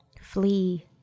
flee